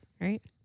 right